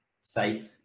safe